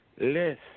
less